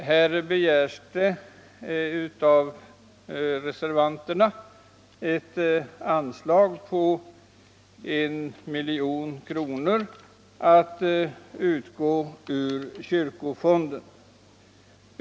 Reservanterna begär ett anslag på 1 milj.kr. att utgå ur kyrkofonden.